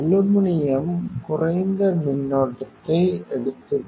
aluminium குறைந்த மின்னோட்டத்தை எடுத்துக்கொள்கிறது FL